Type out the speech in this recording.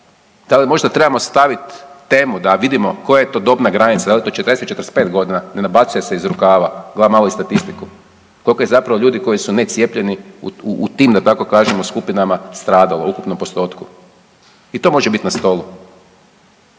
Tada možda trebamo staviti temu da vidimo koja je to dobna granica da li je to 40, 45 godina ne nabacuje se iz rukava gleda malo i statistiku koliko je zapravo ljudi koji su necijepljeni u tim da tako kažemo skupinama stradalo u ukupnom postotku i to može biti na stolu.